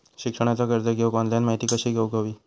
शिक्षणाचा कर्ज घेऊक ऑनलाइन माहिती कशी घेऊक हवी?